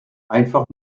einfach